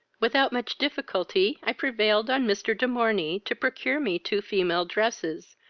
without much difficulty i prevailed on mr. de morney to procure me two female dresses,